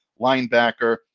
linebacker